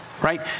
right